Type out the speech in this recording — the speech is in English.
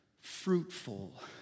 fruitful